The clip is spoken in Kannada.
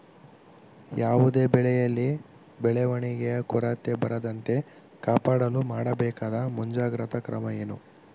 ಯಾವುದೇ ಬೆಳೆಯಲ್ಲಿ ಬೆಳವಣಿಗೆಯ ಕೊರತೆ ಬರದಂತೆ ಕಾಪಾಡಲು ಮಾಡಬೇಕಾದ ಮುಂಜಾಗ್ರತಾ ಕ್ರಮ ಏನು?